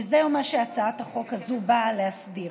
וזה מה שהצעת החוק הזאת באה להסדיר.